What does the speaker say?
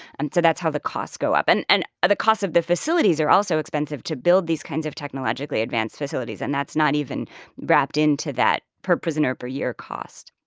and so that's how the costs go up. and and ah the costs of the facilities are also expensive to build these kinds of technologically advanced facilities. and that's not even wrapped into that per-prisoner per-year cost.